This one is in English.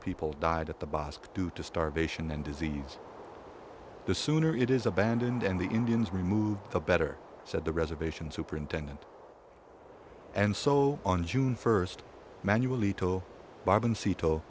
people died at the box due to starvation and disease the sooner it is abandoned and the indians removed the better said the reservation superintendant and so on june first manually to bargain seat